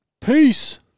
Peace